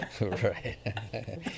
right